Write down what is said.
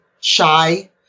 shy